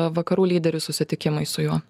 vakarų lyderių susitikimai su juo